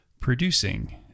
producing